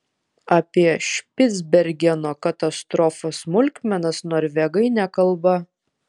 apie špicbergeno katastrofos smulkmenas norvegai nekalba